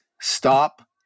stop